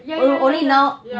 ya ya ya ya ya